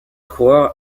coureurs